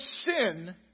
sin